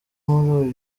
muri